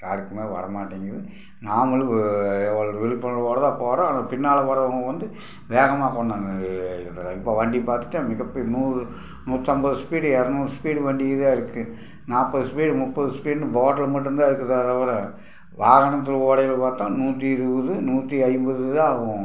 யாருக்குமே வர மாட்டிங்கிது நாமளும் எவ்வளோ விழிப்புணர்வோட தான் போகிறோம் ஆனால் பின்னால் போகிறவங்க வந்து வேகமாக கொண்டாந்து இப்போ வண்டி பார்த்துட்டா மிக பெரி நூறு நூற்றம்பது ஸ்பீடு இரநூறு ஸ்பீடு வண்டியை தான் இருக்குது நாற்பது ஸ்பீடு முப்பது ஸ்பீடுன்னு போடில் மட்டுந்தான் இருக்குது தவிர வாகனத்தில் போகிறயில பார்த்தா நூற்றி இருபது நூற்றி ஐம்பது தான் ஆகும்